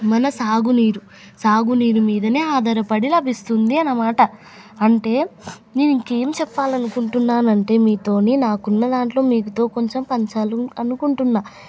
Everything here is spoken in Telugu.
మన సాగునీరు సాగునీరు మీద ఆధారపడి లభిస్తుంది అన్నమాట అంటే నేను ఇంకేం చెప్పాలి అనుకుంటున్నాను అంటే మీతో నాకున్న దాంట్లో మీతో కొంచెం పంచాలని అనుకుంటున్నా